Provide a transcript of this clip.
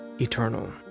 eternal